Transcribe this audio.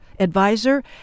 advisor